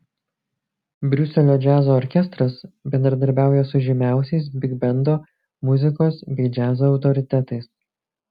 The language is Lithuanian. briuselio džiazo orkestras bendradarbiauja su žymiausiais bigbendo muzikos bei džiazo autoritetais